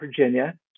Virginia